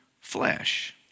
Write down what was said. flesh